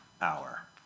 hour